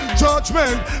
judgment